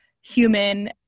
human